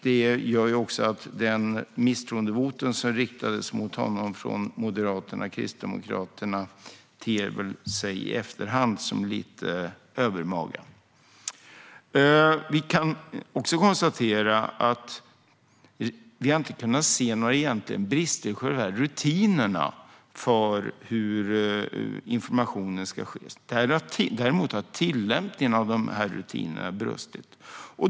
Det gör också att det misstroendevotum som riktades mot honom från Moderaterna och Kristdemokraterna i efterhand ter sig som lite övermaga. Vi kan också konstatera att vi inte har kunnat se några egentliga brister i själva rutinerna gällande informationen. Däremot har tillämpningen av rutinerna brustit.